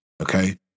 okay